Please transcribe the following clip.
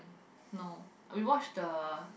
no we watched the